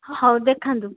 ହେଉ ଦେଖାନ୍ତୁ